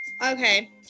Okay